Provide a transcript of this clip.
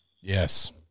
Yes